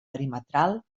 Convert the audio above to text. perimetral